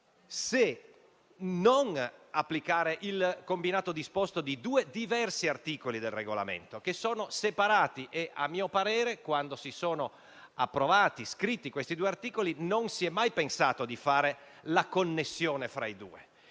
se non applicare il combinato disposto di due diversi articoli del Regolamento, che sono separati. A mio parere, inoltre, quando sono stati approvati questi due articoli, non si è mai pensato di fare la connessione fra i due.